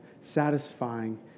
satisfying